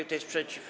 Kto jest przeciw?